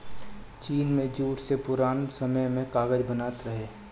चीन में जूट से पुरान समय में कागज बनत रहे